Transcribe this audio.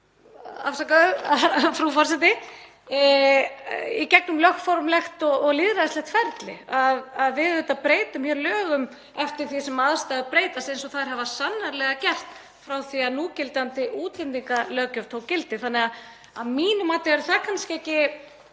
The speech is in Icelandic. afsakaðu, frú forseti, í gegnum lögformlegt og lýðræðislegt ferli. Við breytum lögum eftir því sem aðstæður breytast eins og þær hafa sannarlega gert frá því að núgildandi útlendingalöggjöf tók gildi. Að mínu mati er það kannski ekki